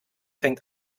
fängt